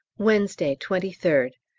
wednesday, twenty third.